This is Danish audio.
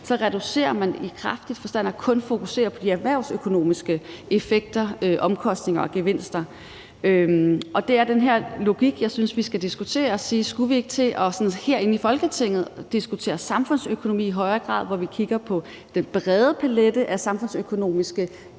reducerer det og kun fokuserer på de erhvervsøkonomiske effekter, omkostninger og gevinster. Og det er den logik, jeg synes, vi skal diskutere, altså om vi herinde i Folketinget, når vi diskuterer samfundsøkonomi, ikke i højere grad skulle til at kigge på den brede palet af samfundsøkonomiske